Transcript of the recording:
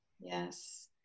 yes